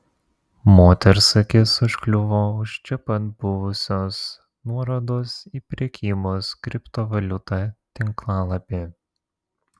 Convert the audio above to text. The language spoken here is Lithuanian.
moters akis užkliuvo už čia pat buvusios nuorodos į prekybos kriptovaliuta tinklalapį